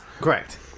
Correct